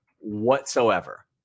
whatsoever